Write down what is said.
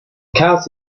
cast